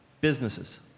businesses